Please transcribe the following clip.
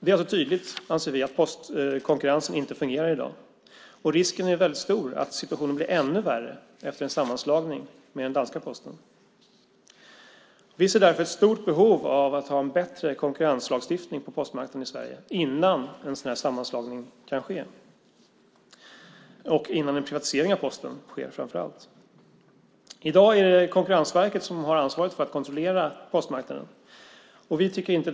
Det är alltså tydligt att postkonkurrensen inte fungerar i dag. Risken är stor att situationen blir ännu värre efter en sammanslagning med danska Posten. Vi ser därför ett stort behov av att ha en bättre konkurrenslagstiftning på postmarknaden i Sverige innan en sammanslagning och, framför allt, privatisering av Posten sker. I dag är det Konkurrensverket som har ansvaret för att kontrollera postmarknaden.